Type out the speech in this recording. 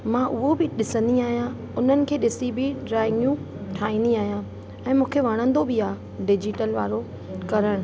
मां उहो बि ॾिसंदी आहियां उन्हनि खे ॾिसी बि ड्रॉइंगू ठाहींदी आहियां ऐं मूंखे वणंदो बि आहे डिजिटल वारो करण